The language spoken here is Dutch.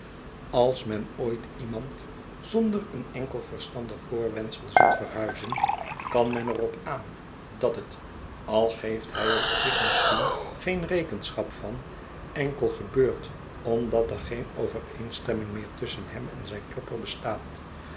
als men ooit iemand zonder een enkel verstandig voorwendsel ziet verhuizen kan men er op aan dat het algeeft hij er zich misschien geen rekensehap van enkel gebeurt omdat er geen overeenstemming meer tusschen hem en zijn klopper bestaat